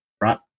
right